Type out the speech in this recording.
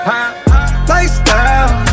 Lifestyle